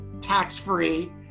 tax-free